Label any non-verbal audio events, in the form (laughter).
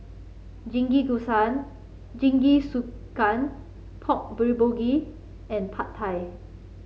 (unintelligible) Jingisukan Pork Bulgogi and Pad Thai